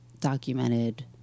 documented